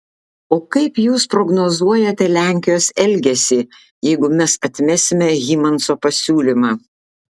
o kaip jūs prognozuojate lenkijos elgesį jeigu mes atmesime hymanso pasiūlymą